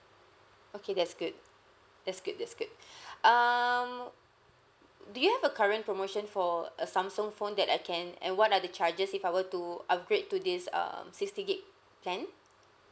okay that's good that's good that's good um mm mm do you have a current promotion for a samsung phone that I can and what are the charges if I were to upgrade to this um sixty gigabyte plan